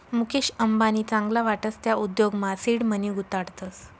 मुकेश अंबानी चांगला वाटस त्या उद्योगमा सीड मनी गुताडतस